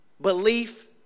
belief